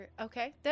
okay